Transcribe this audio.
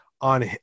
on